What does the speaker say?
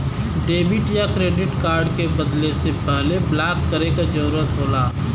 debit या credit card के बदले से पहले ब्लॉक करे क जरुरत होला